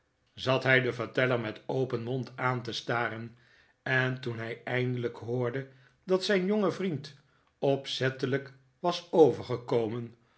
zat hij den verteller met open mond aan te staren en toen hij eindelijk hoorde dat zijn jonge vriend opzettelijk was overgekomen